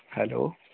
hello